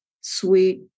sweet